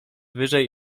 wyżej